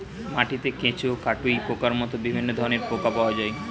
মাটিতে কেঁচো, কাটুই পোকার মতো বিভিন্ন ধরনের পোকা পাওয়া যায়